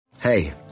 Hey